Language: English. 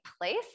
place